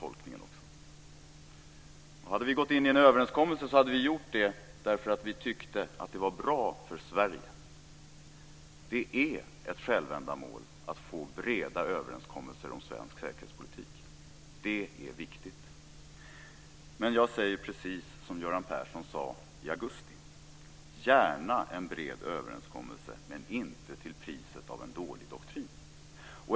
Om vi hade gått in i en överenskommelse hade vi gjort det därför att vi tyckte att det var bra för Sverige. Det är ett självändamål att få breda överenskommelser om svensk säkerhetspolitik. Det är viktigt. Jag säger precis som Göran Persson sade i augusti: Gärna en bred överenskommelse men inte till priset av en dålig doktrin.